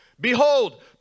Behold